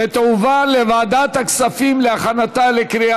ותועבר לוועדת הכספים להכנתה לקריאה